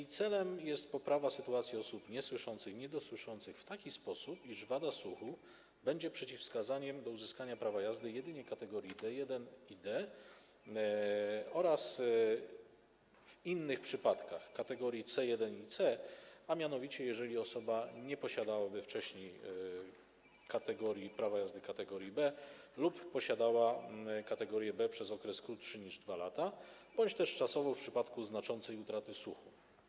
Jej celem jest poprawa sytuacji osób niesłyszących i niedosłyszących w taki sposób, że wada słuchu będzie przeciwwskazaniem do uzyskania prawa jazdy jedynie kategorii D1 i D oraz, w innych przypadkach, kategorii C1 i C, a mianowicie jeżeli osoba nie posiadała wcześniej prawa jazdy kategorii B lub posiadała kategorię B przez okres krótszy niż 2 lata bądź też czasowo w przypadku znaczącej utraty słuchu.